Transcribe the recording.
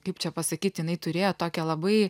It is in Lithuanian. kaip čia pasakyt jinai turėjo tokią labai